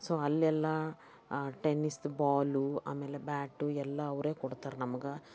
so ಅಲ್ಲೆಲ್ಲ ಆ tennis ball ಆಮೇಲೆ ಬ್ಯಾಟು ಎಲ್ಲ ಅವರೇ ಕೊಡ್ತಾರೆ ನಮ್ಗೆ